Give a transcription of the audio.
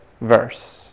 verse